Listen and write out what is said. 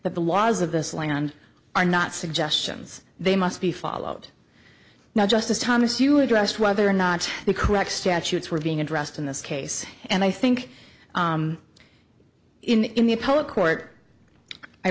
the laws of this land are not suggestions they must be followed now justice thomas you addressed whether or not the correct statutes were being addressed in this case and i think in the appellate court i